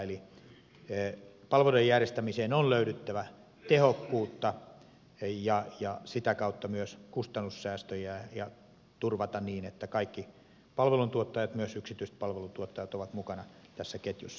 eli palveluiden järjestämiseen on löydyttävä tehokkuutta ja sitä kautta myös kustannussäästöjä ja on turvattava se että kaikki palveluntuottajat myös yksityiset palveluntuottajat ovat mukana tässä ketjussa